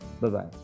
Bye-bye